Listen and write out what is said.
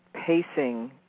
pacing